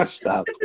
Stop